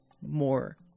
more